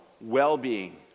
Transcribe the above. well-being